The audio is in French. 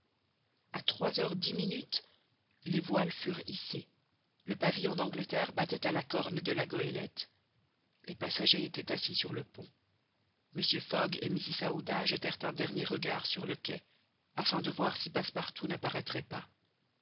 a trois heures dix minutes les voiles furent hissées le pavillon d'angleterre battait à la corne de la goélette les passagers étaient assis sur le pont mr fogg et mrs aouda jetèrent un dernier regard sur le quai afin de voir si passepartout n'apparaîtrait pas